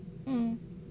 mm